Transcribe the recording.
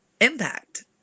impact